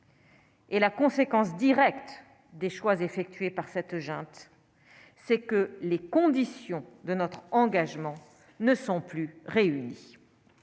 Et la conséquence directe des choix effectués par cette junte c'est que les conditions de notre engagement ne sont plus réunies,